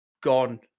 gone